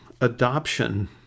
adoption